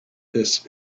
this